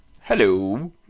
hello